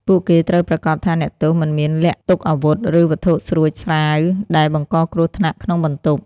ពួកគេត្រូវប្រាកដថាអ្នកទោសមិនមានលាក់ទុកអាវុធ ឬវត្ថុស្រួចស្រាវដែលបង្កគ្រោះថ្នាក់ក្នុងបន្ទប់។